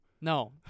No